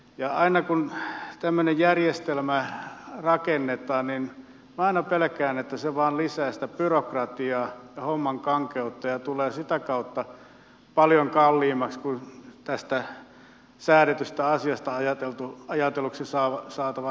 aina kun tämmöinen järjestelmä rakennetaan minä pelkään että se vain lisää sitä byrokratiaa ja homman kankeutta ja se tulee sitä kautta paljon kalliimmaksi kuin se hyöty joka on ajateltu tästä säädetystä asiasta saatavan